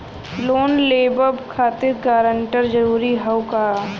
Loan लेवब खातिर guarantor जरूरी हाउ का?